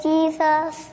Jesus